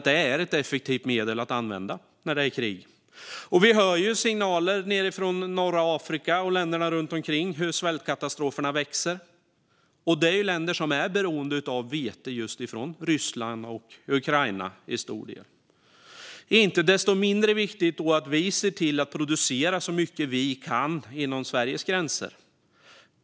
Det är ett effektivt medel att använda när det är krig. Vi hör signaler nedifrån norra Afrika och länderna runt omkring om hur svältkatastroferna växer. Detta är länder som till stor del är beroende av vete från just Ryssland och Ukraina. Det är då inte desto mindre viktigt att vi ser till att producera så mycket vi kan inom Sveriges gränser.